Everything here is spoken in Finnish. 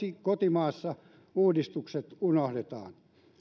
kotimaassa uudistukset unohdetaan